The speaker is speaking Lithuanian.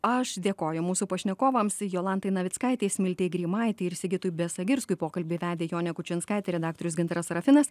aš dėkoju mūsų pašnekovams jolantai navickaitei smiltei greimaitei ir sigitui besagirskui pokalbį vedė jonė kučinskaitė redaktorius gintaras serafinas